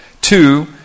Two